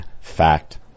Fact